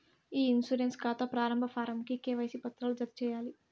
ఇ insurance కాతా ప్రారంబ form కి కేవైసీ పత్రాలు జత చేయాలి